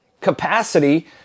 capacity